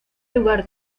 lugar